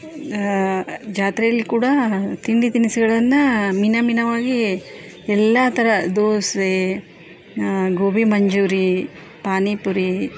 ಜಾತ್ರೆಯಲ್ಲಿ ಕೂಡ ತಿಂಡಿ ತಿನಿಸುಗಳನ್ನು ಮಿಣ ಮಿಣವಾಗಿ ಎಲ್ಲ ಥರ ದೋಸೆ ಗೋಬಿಮಂಚೂರಿ ಪಾನಿಪುರಿ